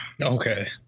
okay